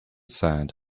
sand